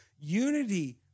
Unity